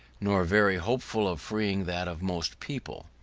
nor very hopeful of freeing that of most people.